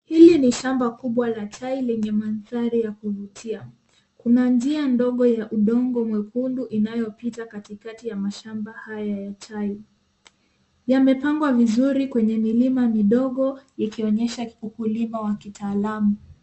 Hili ni Shamba kubwa la chai lenye mandhari ya kuvutia, kuna njia ndogo ya udongo mwekundu inayopita katikati ya mashamba haya ya chai. Yamepangwa vizuri kwenye milima midogo ikionyesha ukulima wa kitaalamu.